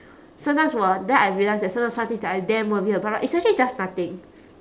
sometimes will then I realise that sometimes some things that I damn worried about right is actually just nothing